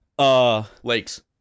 Lakes